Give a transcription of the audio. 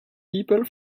people